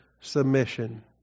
submission